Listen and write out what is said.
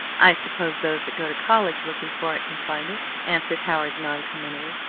i suppose those that go to college looking for it can find it, answered howard noncommittally.